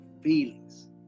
feelings